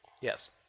Yes